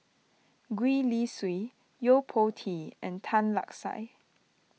Gwee Li Sui Yo Po Tee and Tan Lark Sye